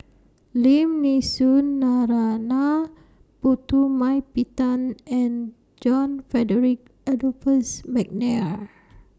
Lim Nee Soon Narana Putumaippittan and John Frederick Adolphus Mcnair